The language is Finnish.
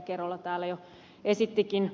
kerola täällä jo esittikin